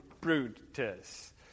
Brutus